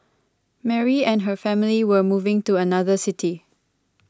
Mary and her family were moving to another city